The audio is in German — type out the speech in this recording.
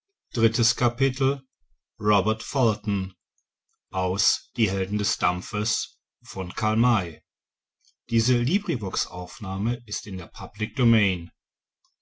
der welt die helden des dampfes